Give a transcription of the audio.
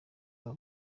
baba